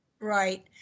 Right